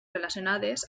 relacionades